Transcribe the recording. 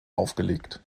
aufgelegt